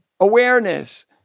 awareness